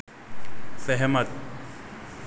सहमत